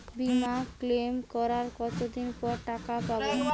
বিমা ক্লেম করার কতদিন পর টাকা পাব?